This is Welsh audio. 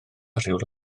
rhyw